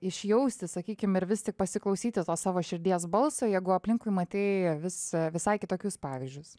išjausti sakykim ir vis tik pasiklausyti to savo širdies balso jeigu aplinkui matei vis visai kitokius pavyzdžius